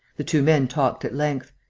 the two men talked at length.